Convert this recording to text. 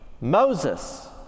Moses